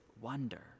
wonder